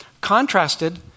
Contrasted